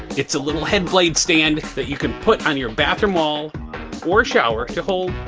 it's a little head blade stand that you can put on your bathroom wall or shower hold.